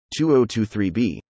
2023b